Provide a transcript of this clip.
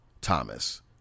Thomas